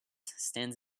stands